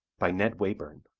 by ned wayburn